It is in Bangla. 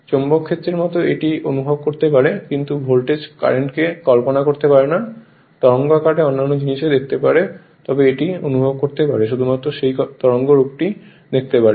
চৌম্বক ক্ষেত্রের মতো এটি অনুভব করতে পারে কিন্তু ভোল্টেজ কারেন্টকে কল্পনা করতে পারে না তরঙ্গ আকারে অন্যান্য জিনিস দেখতে পারে তবে এটি অনুভব করতে পারে শুধুমাত্র সেই তরঙ্গের রূপটি দেখতে পারে